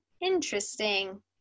Interesting